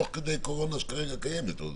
תוך כדי קורונה שכרגע קיימת עוד?